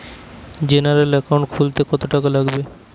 General account খুলতে কত টাকা লাগবে?